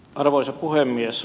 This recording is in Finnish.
arvoisa puhemies